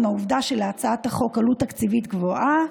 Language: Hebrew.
עם העובדה שלהצעת החוק עלות תקציבית גבוהה,